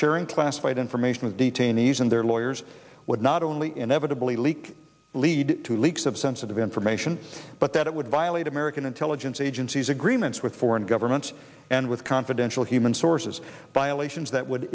sharing classified information with detainees and their lawyers would not only inevitably leak lead to leaks of sensitive information but that it would violate american intelligence agency's agreements with foreign governments and with confidential human sources violations that would